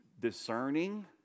discerning